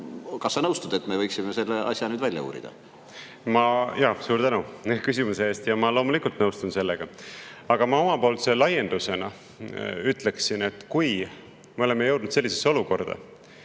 Kas sa nõustud, et me võiksime selle asja välja uurida? Suur tänu küsimuse eest! Ma loomulikult nõustun sellega. Aga ma laiendusena ütlen, et kui me oleme jõudnud sellisesse olukorda,